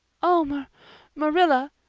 oh, mar marilla,